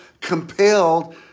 compelled